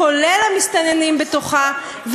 כולל המסתננים בתוכה,